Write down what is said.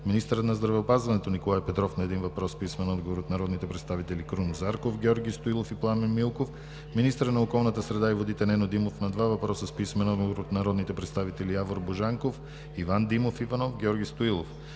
министърът на здравеопазването Николай Петров – на един въпрос с писмен отговор от народните представители Крум Зарков, Георги Стоилов и Пламен Милков; - министърът на околната среда и водите Нено Димов – на два въпроса с писмен отговор от народните представители Явор Божанков; Иван Димов Иванов и Георги Стоилов;